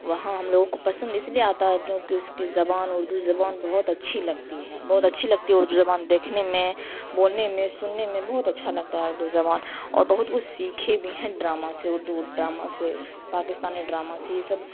وہاں ہم لوگوں کو پسند اس لیے آتا ہے کیونکہ اس کی زبان اردو زبان بہت اچھی لگتی ہے بہت اچھی لگتی ہے اردو زبان دیکھنے میں بولنے میں سننے میں بہت اچھا لگتا ہے اردو زبان اور بہت کچھ سیکھے بھی ہیں ڈرامہ سے اردو ڈرامہ سے پاکستانی ڈراما سے یہ سب